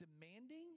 demanding